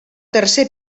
tercer